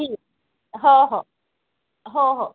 ठीक हो हो हो हो